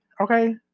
Okay